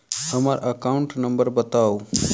हम्मर account number बताऊ?